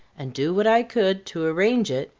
and do what i could to arrange it,